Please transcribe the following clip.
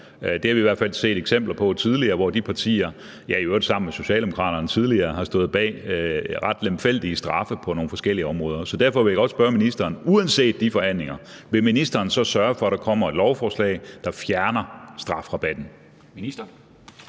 Det har vi i hvert fald set eksempler på tidligere, hvor de partier – ja, i øvrigt sammen med Socialdemokraterne – har stået bag ret lemfældige straffe på nogle forskellige områder. Så derfor vil jeg godt spørge ministeren: Vil ministeren sørge for, at der uanset de forhandlinger kommer et lovforslag, der fjerner strafrabatten?